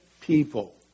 people